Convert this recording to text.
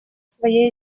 своей